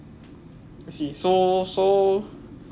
I see so so